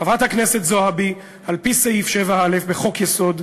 חברת הכנסת זועבי, על-פי סעיף 7א בחוק-יסוד,